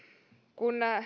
kun